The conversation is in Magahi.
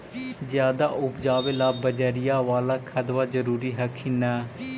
ज्यादा उपजाबे ला बजरिया बाला खदबा जरूरी हखिन न?